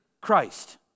Christ